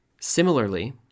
Similarly